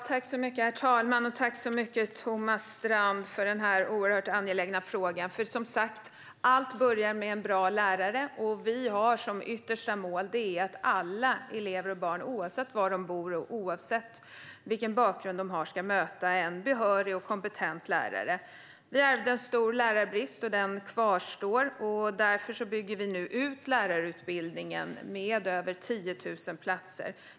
Herr talman! Jag tackar Thomas Strand så mycket för den här oerhört angelägna frågan. Som sagt börjar allt med en bra lärare. Vi har som yttersta mål att alla elever och barn, oavsett var de bor och vilken bakgrund de har, ska möta behöriga och kompetenta lärare. Vi ärvde en stor lärarbrist, och den kvarstår. Därför bygger vi nu ut lärarutbildningen med över 10 000 platser.